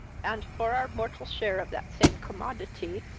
and for our mortal share of that same commodity,